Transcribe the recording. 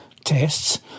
tests